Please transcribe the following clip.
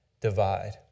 divide